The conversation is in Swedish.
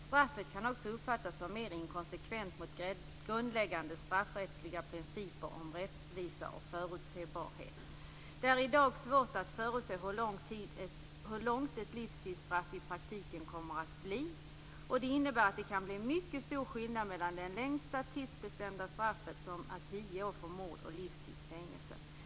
Straffet kan också uppfattas som mer inkonsekvent mot grundläggande straffrättsliga principer om rättvisa och förutsebarhet. - Det är idag svårt att förutse hur långt ett livstidsstraff i praktiken kommer att bli. Det innebär att det kan bli mycket stor skillnad mellan det längsta tidsbestämda straffet som är tio år för mord, och livstids fängelse.